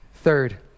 Third